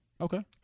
Okay